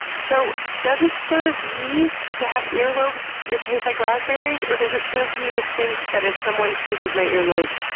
so, does it serve me to have earlobes that taste like raspberries? or does it serve me to think that if someone tasted my earlobes,